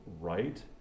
right